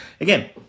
again